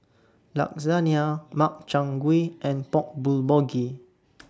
Lasagna Makchang Gui and Pork Bulgogi